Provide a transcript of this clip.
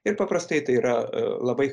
ir paprastai tai yra labai